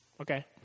okay